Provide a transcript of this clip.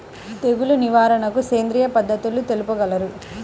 తెగులు నివారణకు సేంద్రియ పద్ధతులు తెలుపగలరు?